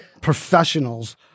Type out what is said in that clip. professionals